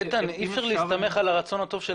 אי אפשר להסתמך על הרצון הטוב של